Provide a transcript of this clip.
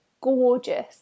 gorgeous